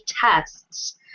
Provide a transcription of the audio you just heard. tests